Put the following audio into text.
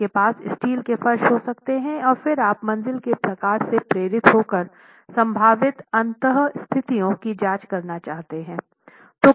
आपके पास स्टील के फर्श हो सकते हैं और फिर आप मंजिल के प्रकार से प्रेरित हो कर संभावित अंत स्थितियां की जांच करना चाहते हैं